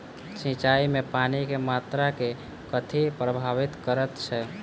सिंचाई मे पानि केँ मात्रा केँ कथी प्रभावित करैत छै?